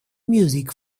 music